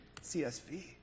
CSV